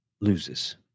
loses